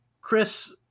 Chris